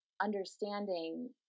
understanding